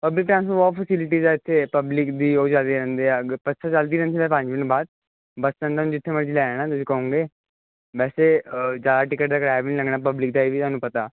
public transport ਬਹੁਤ facilities ਆ ਇੱਥੇ ਪਬਲਿਕ ਦੀ ਬੱਸਾਂ ਚਲਦੀਆਂ ਰਹਿੰਦੀਆਂ ਨੇ ਪੰਜ ਮਿੰਟ ਬਾਅਦ ਬੱਸਾਂ ਨੇ ਜਿੱਥੇ ਮਰਜ਼ੀ ਲੈ ਜਾਣਾ ਜੇ ਤੁਸੀਂ ਕਹੋਂਗੇ ਵੈਸੇ ਤੇ ਜ਼ਿਆਦਾ ਟਿਕਟ ਦਾ ਕਿਰਾਇਆ ਵੀ ਲੱਗਣਾ